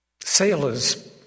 sailors